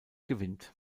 gewinnt